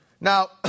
Now